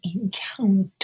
encounter